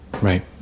Right